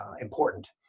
important